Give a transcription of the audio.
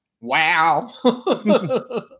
Wow